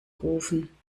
rufen